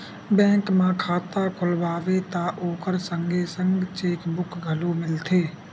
bank म खाता खोलवाबे त ओखर संगे संग चेकबूक घलो मिलथे